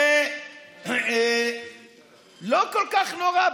שזה לא כל כך נורא.